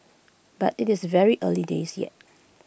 but IT is very early days yet